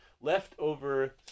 leftover